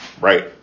right